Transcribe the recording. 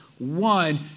One